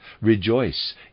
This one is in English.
rejoice